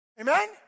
amen